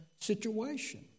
situation